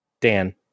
Dan